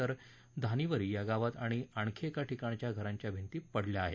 तर धानिवरी या गावात आणि आणखी एका ठिकाणच्या घरांच्या भिंती पडल्या आहेत